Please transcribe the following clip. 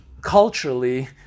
culturally